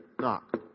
Knock